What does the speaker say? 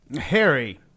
Harry